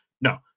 No